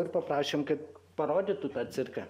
ir paprašėme kad parodytų tą cirką